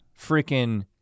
freaking